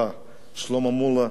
שלמה מולה במדים,